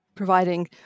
providing